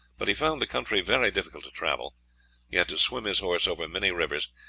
but he found the country very difficult to travel he had to swim his horse over many rivers,